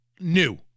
new